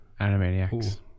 Animaniacs